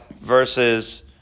versus